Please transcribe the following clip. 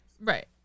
Right